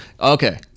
Okay